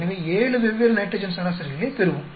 எனவே 7 வெவ்வேறு நைட்ரஜன் சராசரிகளைப் பெறுவோம்